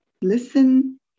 Listen